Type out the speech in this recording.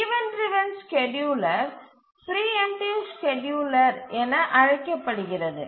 event driven scheduler preemptive scheduler என அழைக்கப்படுகிறது